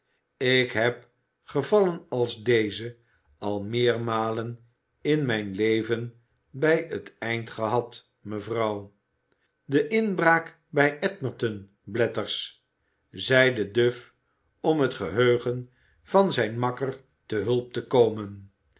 ik heb gevallen als deze al meermalen in mijn leven bij t eind gehad mevrouw de inbraak bij edmonton blathers zeide duff om het geheugen van zijn makker te hulp te komen